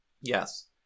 Yes